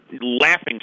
laughing